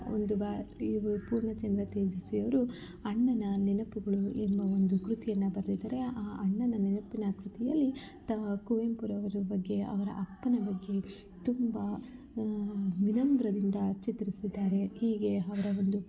ಒಂದು ಬಾ ಇವರು ಪೂರ್ಣಚಂದ್ರ ತೇಜಸ್ವಿಯವರು ಅಣ್ಣನ ನೆನಪುಗಳು ಎನ್ನುವ ಒಂದು ಕೃತಿಯನ್ನ ಬರೆದಿದಾರೆ ಆ ಅಣ್ಣನ ನೆನಪಿನ ಆ ಕೃತಿಯಲ್ಲಿ ತಮ್ಮ ಕುವೆಂಪುರವರು ಬಗ್ಗೆ ಅವರ ಅಪ್ಪನ ಬಗ್ಗೆ ತುಂಬ ವಿನಮ್ರದಿಂದ ಚಿತ್ರಿಸಿದ್ದಾರೆ ಹೀಗೆ ಅವರ ಒಂದು